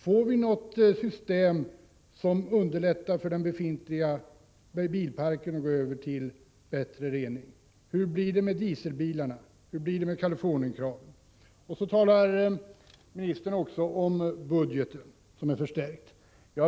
Får vi något system som underlättar för den befintliga bilparken att gå över till bättre rening? Hur blir det med dieselbilarna och med Californien-kraven? Miljöministern talar om den förstärkta budgeten.